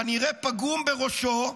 כנראה פגום בראשו,